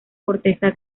corteza